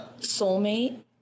Soulmate